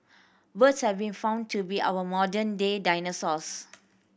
birds have been found to be our modern day dinosaurs